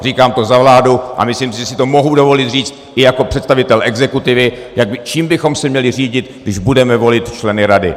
Říkám to za vládu a myslím si, že si to mohu dovolit říct i jako představitel exekutivy, čím bychom se měli řídit, když budeme volit členy rady.